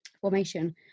formation